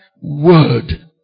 word